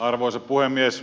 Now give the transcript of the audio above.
arvoisa puhemies